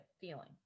feeling